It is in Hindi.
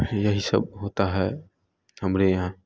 यही सब होता है हमरे यहाँ